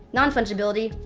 non-fungibility,